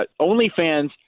OnlyFans